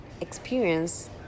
experience